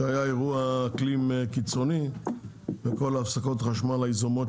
שבו היה אירוע אקלים קיצוני והיו הפסקות חשמל יזומות